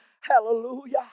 Hallelujah